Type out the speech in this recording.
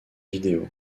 vidéo